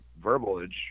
verbalage